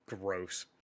gross